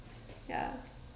ya